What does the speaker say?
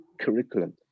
curriculum